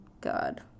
god